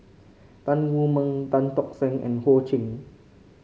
Tan Wu Meng Tan Tock Seng and Ho Ching